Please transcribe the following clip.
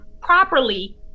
properly